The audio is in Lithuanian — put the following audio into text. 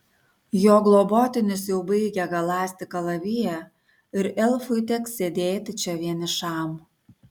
jo globotinis jau baigia galąsti kalaviją ir elfui teks sėdėti čia vienišam